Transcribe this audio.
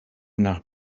nach